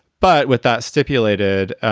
but with that stipulated,